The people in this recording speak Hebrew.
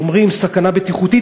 אומרים "סכנה בטיחותית"?